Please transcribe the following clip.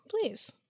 Please